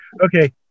Okay